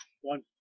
one